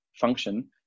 function